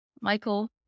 Michael